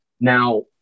Now